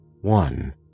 one